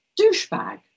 douchebag